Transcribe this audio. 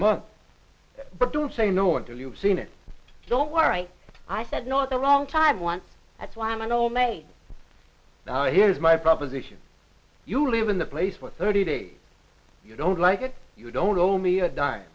month but don't say no until you've seen it don't worry i said no at the wrong time once that's why i'm an old maid now here's my proposition you live in the place for thirty days you don't like it you don't owe me a dime